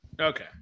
Okay